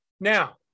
now